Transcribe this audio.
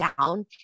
down